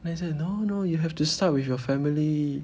then he say no no you have to start with your family